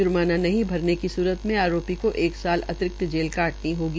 ज्माना नहीं भरने की सूरत में आरोपी को एक सात अतिरिक्त जेल काटनी होगी